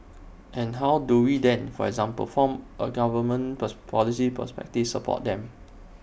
and how do we then for example from A government policy perspective support them